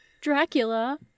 Dracula